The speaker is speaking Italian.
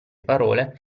parole